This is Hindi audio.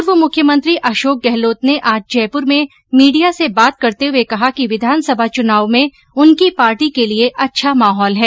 पूर्व मुख्यमंत्री अशोक गहलोत ने आज जयपुर में मीडिया से बात करते हुए कहा कि विधानसभा चुनाव में उनकी पार्टी के लिए अच्छा माहौल है